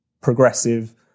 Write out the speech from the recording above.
progressive